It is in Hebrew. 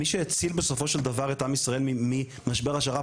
מי שהציל בסופו של דבר את עם ישראל ממשבר השר"פ,